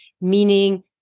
Meaning